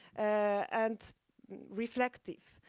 and reflective.